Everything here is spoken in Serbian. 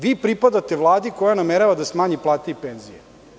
Vi pripadate Vladi koja namerava da smanji plate i penzije.